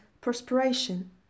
perspiration